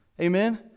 Amen